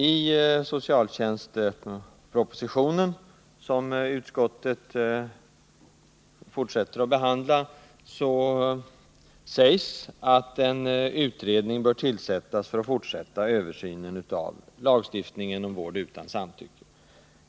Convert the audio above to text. I propositionen om socialtjänsten, som utskottet fortsätter att behandla, sägs att en utredning bör tillsättas för att fortsätta översynen av lagstiftningen om vård utan samtycke.